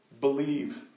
believe